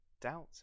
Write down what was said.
Doubt